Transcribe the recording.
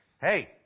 Hey